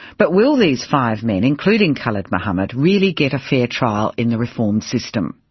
but will these five men, including khalid mohammed, really get a fair trial in the reformed system?